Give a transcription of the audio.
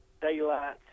daylight